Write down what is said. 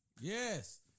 Yes